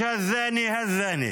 (אומר בערבית: לא האוזן הזאת אלא האוזן הזאת.)